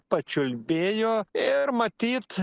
pačiulbėjo ir matyt